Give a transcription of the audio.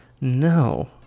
no